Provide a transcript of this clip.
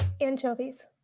Anchovies